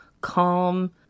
calm